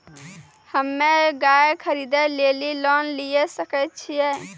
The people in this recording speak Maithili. हम्मे गाय खरीदे लेली लोन लिये सकय छियै?